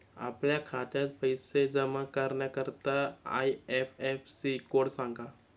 आपल्या खात्यात पैसे जमा करण्याकरता आय.एफ.एस.सी कोड सांगा